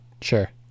sure